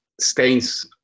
stains